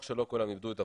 כולם איבדו את עבודתם,